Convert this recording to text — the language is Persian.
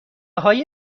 های